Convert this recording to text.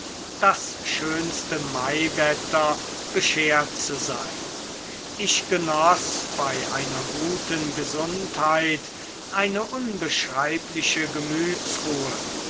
das schönste maiwetter beschert zu sein ich genoß bei einer guten gesundheit eine unbeschreibliche gemütsruhe